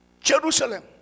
Jerusalem